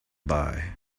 buy